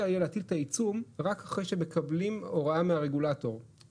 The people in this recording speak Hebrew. משקאות המבוססים על מים מינרלים שזה מוצר שהוא בריא ורגיש